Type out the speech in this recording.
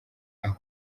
aho